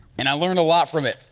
and i learned a lot from it,